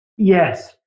Yes